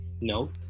note